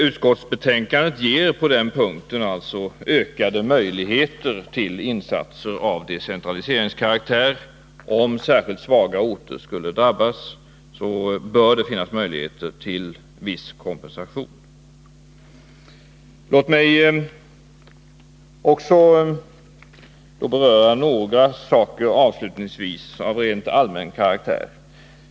Utskottsbetänkandet ger på den punkten ökade möjligheter till insatser av decentraliseringskaraktär. Om särskilt svaga orter skulle drabbas, bör det finnas möjligheter till kompensation. Låt mig avslutningsvis beröra några saker av allmän karaktär.